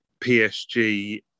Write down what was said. PSG